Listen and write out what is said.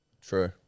True